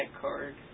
card